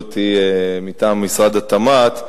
ההסתייגויות היא מטעם משרד התמ"ת,